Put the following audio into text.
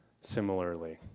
similarly